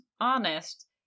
honest